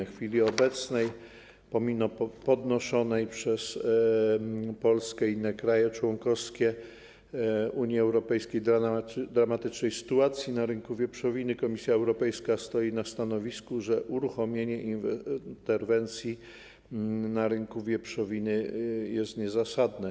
W chwili obecnej pomimo podnoszonej przez Polskę i inne kraje członkowskie Unii Europejskiej dramatycznej sytuacji na rynku wieprzowiny Komisja Europejka stoi na stanowisku, że uruchomienie interwencji na rynku wieprzowiny jest niezasadne.